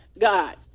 God